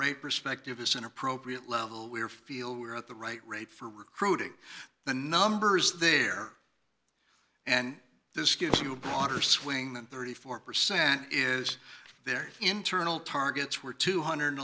right perspective is an appropriate level where feel we're at the right rate for recruiting the numbers there and this gives you a broader swing than thirty four percent is their internal targets were two hundred and